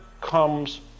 comes